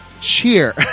cheer